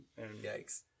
Yikes